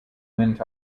went